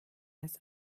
das